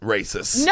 Racist